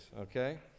okay